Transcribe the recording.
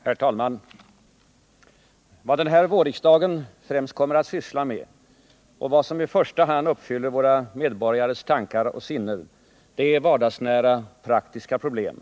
Herr talman! Vad denna vårriksdag främst kommer att syssla med och vad som i första hand uppfyller våra medborgares tankar och sinnen är vardagsnära praktiska problem.